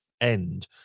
end